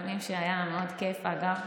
ימים שהיה בהם מאוד כיף, אגב,